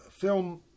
film